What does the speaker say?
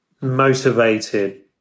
motivated